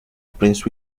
prince